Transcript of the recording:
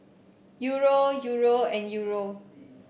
Euro Euro and Euro